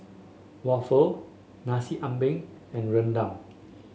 waffle Nasi Ambeng and rendang